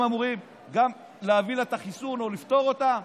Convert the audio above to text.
אמורים גם להביא את החיסון לה או לפתור אותה.